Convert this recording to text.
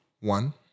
One